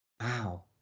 Wow